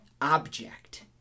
object